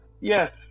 yes